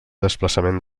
desplaçament